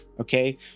Okay